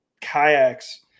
kayaks